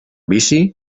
vici